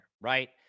right